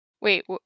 Wait